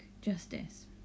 justice